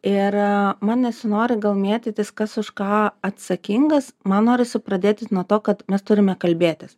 ir man nesinori mėtytis kas už ką atsakingas man norisi pradėti nuo to kad mes turime kalbėtis